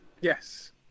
Yes